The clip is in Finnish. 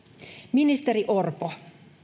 ministeri orpo